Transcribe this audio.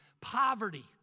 poverty